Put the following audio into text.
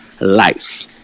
life